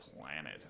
Planet